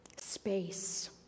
Space